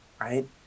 right